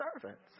servants